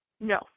no